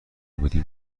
بودیم